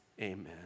Amen